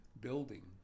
building